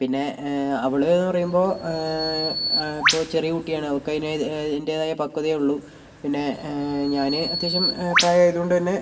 പിന്നെ അവൾ എന്ന് പറയുമ്പോൾ ഇപ്പോൾ ചെറിയ കുട്ടിയാണ് അവൾക്കതിന് അതിൻ്റേതായ പക്വതയെ ഉള്ളൂ പിന്നേ ഞാൻ അത്യാവശ്യം പ്രായമായത് കൊണ്ട് തന്നെ